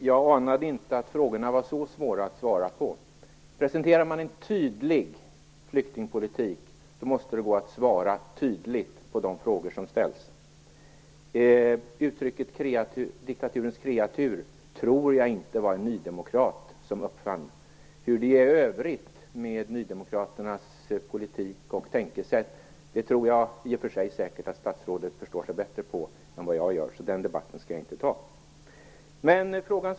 Herr talman! Jag anade inte att frågorna var så svåra att svara på. Presenterar man en tydlig flyktingpolitik måste det gå att svara tydligt på de frågor som ställs. Jag tror inte att det var en nydemokrat som uppfann uttrycket diktaturens kreatur. Hur det är i övrigt med nydemokraternas politik och tankesätt tror jag säkert att statsrådet förstår sig bättre på än vad jag gör. Den debatten skall jag inte ta.